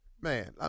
Man